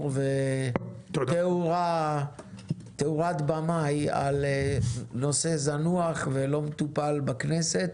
ותאורה במאי על נושא זנוח ולא מטופל בכנסת,